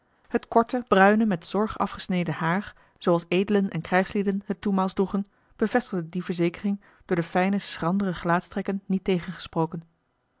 het korte bruine met zorg afgesneden haar zooals edelen en krijgslieden het toenmaals droegen bevestigde die verzekering door de fijne schrandere gelaatstrekken niet tegengesproken